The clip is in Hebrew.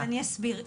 אני אסביר.